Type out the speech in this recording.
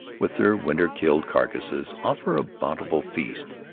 with their winter-killed carcasses, offer a bountiful feast.